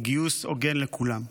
גיוס הוגן לכולם.